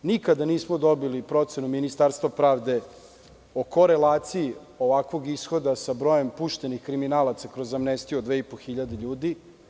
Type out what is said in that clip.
Nikada nismo dobili procenu Ministarstva prave o korelaciji ishoda sa brojem puštenih kriminalaca kroz amnestiju od 2.500 ljudi.